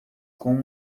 com